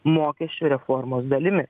mokesčių reformos dalimi